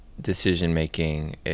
decision-making